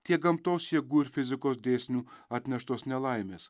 tiek gamtos jėgų ir fizikos dėsnių atneštos nelaimės